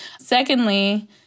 Secondly